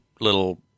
little